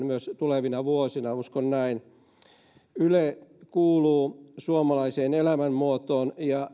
myös tulevina vuosina uskon näin yle kuuluu suomalaiseen elämänmuotoon ja